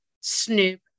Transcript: Snoop